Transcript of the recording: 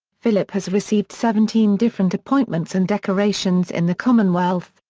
philip has received seventeen different appointments and decorations in the commonwealth,